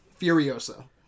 Furiosa